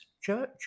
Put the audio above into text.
church